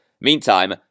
Meantime